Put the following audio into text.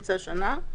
באמצע השנה.